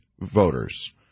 voters